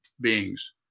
beings